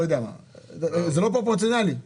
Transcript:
זה לא פרופורציונאלי.